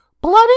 Bloody